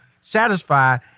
satisfied